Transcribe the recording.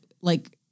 like-